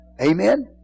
Amen